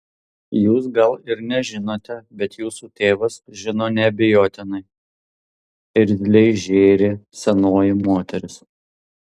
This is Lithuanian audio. jūs gal ir nežinote bet jūsų tėvas žino neabejotinai irzliai žėrė senoji moteris